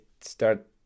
start